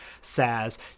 says